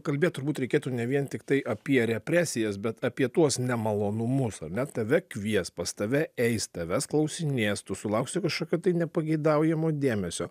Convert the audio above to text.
kalbėti turbūt reikėtų ne vien tiktai apie represijas bet apie tuos nemalonumus ar ne tave kvies pas tave eis tavęs klausinės tu sulauksi kažkokio nepageidaujamo dėmesio